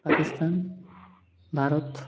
Pakistan Bharat